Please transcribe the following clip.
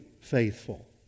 faithful